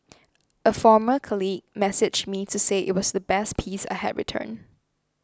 a former colleague messaged me to say it was the best piece I had written